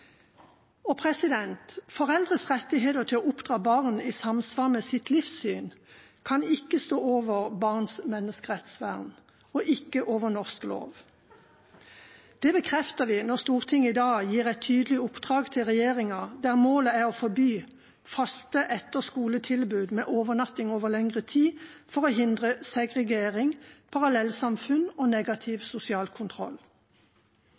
og unge under 18 år et særlig menneskerettsvern som gjelder for nettopp barn. Foreldres rettigheter til å oppdra barn i samsvar med sitt livssyn kan ikke stå over barns menneskerettsvern og ikke over norsk lov. Det bekrefter vi når Stortinget i dag gir et tydelig oppdrag til regjeringa, der målet er å forby faste etter-skole-tilbud med overnatting over lengre tid for å hindre segregering, parallellsamfunn og